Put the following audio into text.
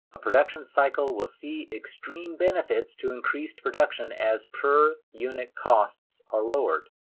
a production cycle will see extreme benefits to increased production as per unit costs are lowered.